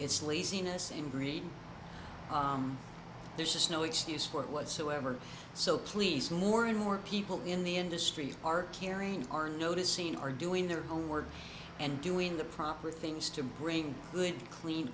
it's laziness and greed there's just no excuse for it whatsoever so please more and more people in the industry are carrying our notice seen are doing their homework and doing the proper things to bring good clean